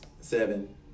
seven